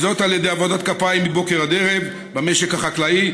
וזאת על ידי עבודת כפיים מבוקר עד ערב במשק החקלאי